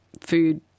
food